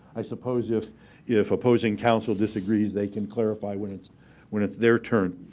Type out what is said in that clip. i suppose if if opposing counsel disagrees, they can clarify when it's when it's their turn.